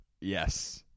Yes